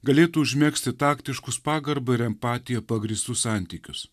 galėtų užmegzti taktiškus pagarba ir empatija pagrįstus santykius